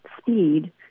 speed